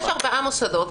יש ארבעה מוסדות,